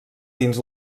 dins